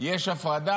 בני ברק יש הפרדה?